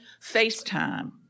FaceTime